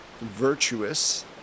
virtuous